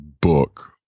book